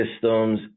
systems